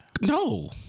No